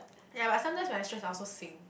ya but sometimes when I stress I also sing